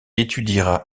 étudiera